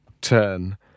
turn